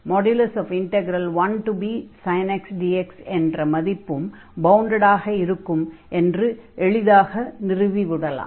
1bsin x dx என்ற மதிப்பும் bounded ஆக இருக்கும் என்று எளிதாக நிறுவி விடலாம்